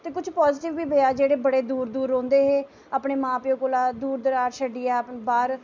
ते कुछ पाजिटिव बी पेआ जेह्ड़े बड़े दूर दूर रौंह्दे हे अपने मां प्यो कोला दूर दरार छड्ढियै अपने बाह्र